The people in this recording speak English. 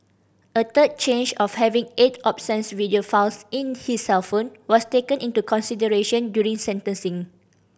a third charge of having eight obscene video files in his cellphone was taken into consideration during sentencing